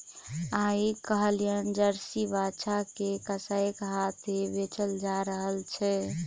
आइ काल्हि जर्सी बाछा के कसाइक हाथेँ बेचल जा रहल छै